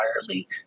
entirely